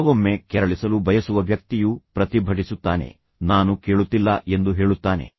ಕೆಲವೊಮ್ಮೆ ಕೆರಳಿಸಲು ಬಯಸುವ ವ್ಯಕ್ತಿಯು ಪ್ರತಿಭಟಿಸುತ್ತಾನೆ ನಾನು ಕೇಳುತ್ತಿಲ್ಲ ಎಂದು ಹೇಳುತ್ತಾನೆ